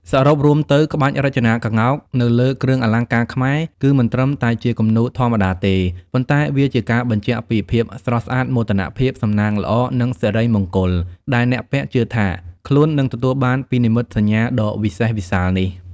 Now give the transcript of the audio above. សរុបរួមទៅ ក្បាច់រចនាក្ងោកនៅលើគ្រឿងអលង្ការខ្មែរ គឺមិនត្រឹមតែជាគំនូរធម្មតាទេ ប៉ុន្តែវាជាការបញ្ជាក់ពី ភាពស្រស់ស្អាត មោទនភាព សំណាងល្អ និង សិរីមង្គល ដែលអ្នកពាក់ជឿថាខ្លួននឹងទទួលបានពីនិមិត្តសញ្ញាដ៏វិសេសវិសាលនេះ។